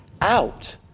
out